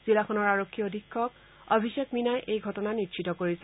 জিলাখনৰ আৰক্ষী অধীক্ষক অভিষেক মিনাই এই ঘটনা নিশ্চিত কৰিছে